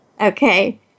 Okay